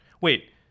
Wait